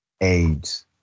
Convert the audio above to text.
AIDS